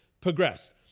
progressed